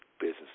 business